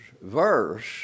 verse